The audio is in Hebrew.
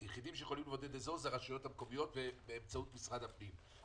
היחידים שיכולים לבודד אזור זה הרשויות המקומיות באמצעות משרד הפנים.